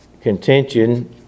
contention